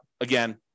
again